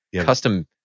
custom